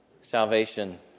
salvation